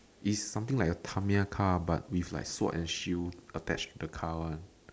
is something like a premier car but with like sword and shield attached to the car one